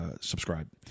subscribe